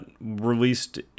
released